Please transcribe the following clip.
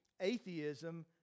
atheism